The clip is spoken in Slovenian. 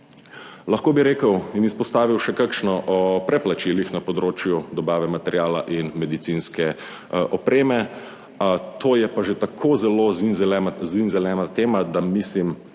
Lahko bi rekel in izpostavil še kakšno o preplačilih na področju dobave materiala in medicinske opreme, to je pa že tako zelo zimzelena tema, da mislim,